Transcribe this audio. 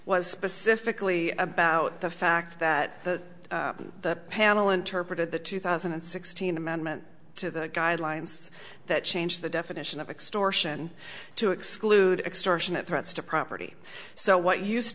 was specifically about the fact that the panel interpreted the two thousand and sixteen amendment to the guidelines that changed the definition of extortion to exclude extortionate threats to property so what used